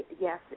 Yes